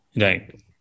Right